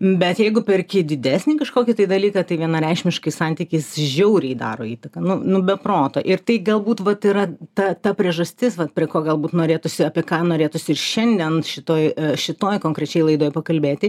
bet jeigu perki didesnį kažkokį tai dalyką tai vienareikšmiškai santykis žiauriai daro įtaką nu nu be proto ir tai galbūt vat yra ta ta priežastis vat prie ko galbūt norėtųsi apie ką norėtųsi ir šiandien šitoj šitoj konkrečiai laidoj pakalbėti